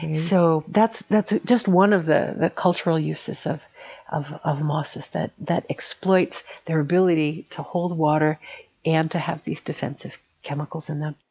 and so that's that's just one of the the cultural uses of of mosses that that exploits their ability to hold water and to have these defensive chemicals in them.